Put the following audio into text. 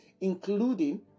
including